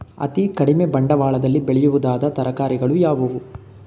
ಅತೀ ಕಡಿಮೆ ಬಂಡವಾಳದಲ್ಲಿ ಬೆಳೆಯಬಹುದಾದ ತರಕಾರಿಗಳು ಯಾವುವು?